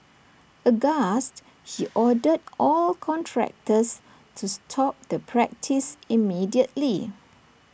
aghast he ordered all contractors to stop the practice immediately